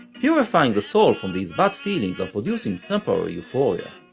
purifying the soul from these bad feelings and producing temporary euphoria.